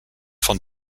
von